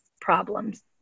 problems